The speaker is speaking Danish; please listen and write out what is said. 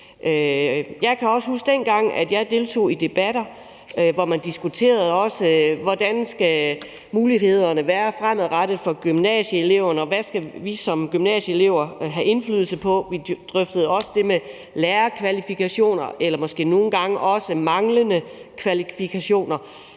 Jeg kan også huske, at jeg dengang deltog i debatter, hvor man også diskuterede, hvordan mulighederne skulle være fremadrettet for gymnasieeleverne, og hvad vi som gymnasieelever skulle have indflydelse på. Vi drøftede også det med lærerkvalifikationer eller måske nogle gange også manglende kvalifikationer,